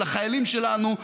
של החיילים שלנו,